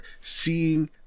seeing